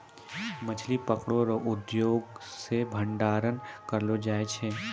मछली पकड़ै रो उद्योग से भंडारण करलो जाय छै